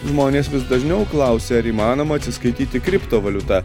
žmonės vis dažniau klausia ar įmanoma atsiskaityti kriptovaliuta